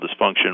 dysfunction